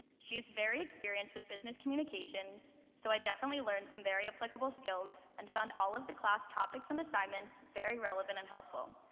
she is very experienced with business communications, so i definitely learned some very applicable skills, and found all of the class topics and assignments very relevant and helpful.